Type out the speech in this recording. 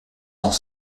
deux